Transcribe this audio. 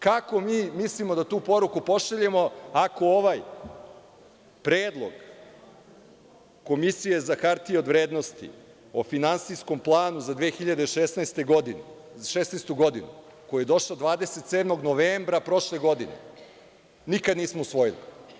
Kako mi mislimo da tu poruku pošaljemo ako ovaj predlog Komisije za hartije od vrednosti o finansijskom planu za 2016. godinu, koji je došao 27. novembra prošle godine, nikad nismo usvojili?